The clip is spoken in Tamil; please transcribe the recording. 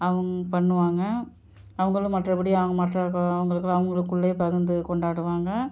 அவுங்க பண்ணுவாங்க அவங்களும் மற்றபடி அவங்க மற்ற க அவங்களுக்குளா அவங்களுக்குள்ளே பகுர்ந்து கொண்டாடுவாங்க